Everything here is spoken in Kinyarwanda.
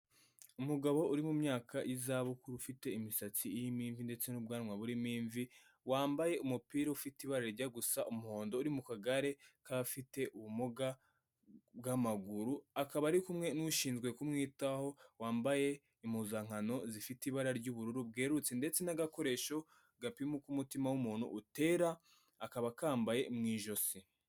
Umugabo uri mu myaka y’izabukuru, ufite imisatsi irimo imvi ndetse n'ubwanwa burimo imvi, wambaye umupira ufite ibara rijya gusa umuhondo, uri mu kagare k'abafite ubumuga bw'amaguru, akaba ari kumwe n'ushinzwe kumwitaho, wambaye impuzankano zifite ibara ry'ubururu bwerurutse ndetse n'agakoresho gapima uko umutima w'umuntu utera, akaba akambaye mu ijosi.